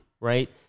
right